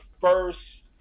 first